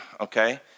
okay